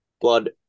Blood